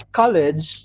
college